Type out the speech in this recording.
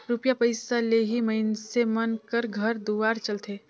रूपिया पइसा ले ही मइनसे मन कर घर दुवार चलथे